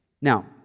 Now